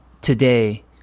today